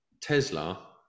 Tesla